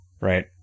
right